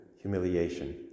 humiliation